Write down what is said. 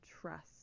trust